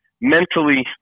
mentally